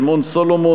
שמעון סולומון,